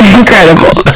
incredible